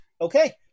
Okay